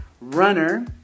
runner